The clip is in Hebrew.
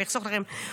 אני אחסוך לכם,